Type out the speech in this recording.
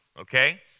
okay